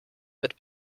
mit